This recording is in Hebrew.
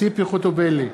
ציפי חוטובלי,